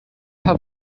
paar